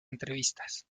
entrevistas